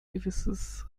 gewisses